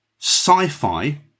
sci-fi